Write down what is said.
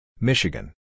Michigan